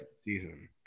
season